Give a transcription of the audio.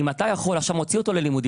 אם אתה מוציא אותו ללימודים,